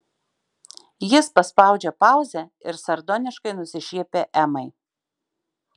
jis paspaudžia pauzę ir sardoniškai nusišiepia emai